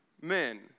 men